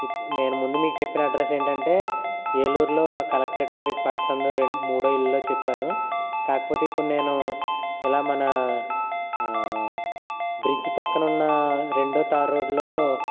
ఇప్ నేను ముందు మీకు చెప్పిన అడ్రస్ ఏంటంటే ఏలూరులో ఆ కలెక్టరేట్ ఆఫీస్ పక్క సందు మూడో ఇల్లు చెప్పాను కాకపోతే ఇప్పుడు నేను ఇలా మన బ్రిడ్జ్ పక్కన ఉన్న రెండో థార్ రోడ్లో